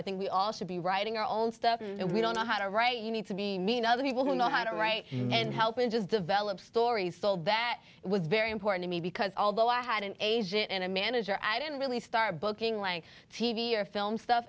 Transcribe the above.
i think we all should be writing our own stuff and we don't know how to write you need to be mean other people who know how to write and help and just develop stories told that was very important to me because although i had an agent and a manager i didn't really start booking lange t v or film stuff